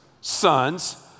sons